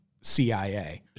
CIA